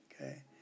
Okay